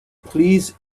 please